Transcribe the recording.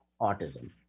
autism